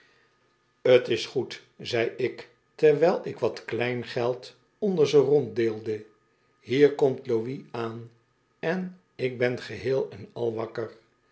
t is goed zei ik terwijl ik wat kleingeld onder ze ronddeelde hier komt louis aan en ik ben geheel en al wakker